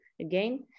again